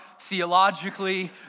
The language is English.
theologically